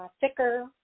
thicker